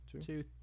two